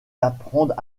d’apprendre